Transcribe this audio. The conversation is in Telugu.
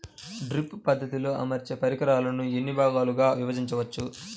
డ్రిప్ పద్ధతిలో అమర్చే పరికరాలను ఎన్ని భాగాలుగా విభజించవచ్చు?